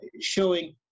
showing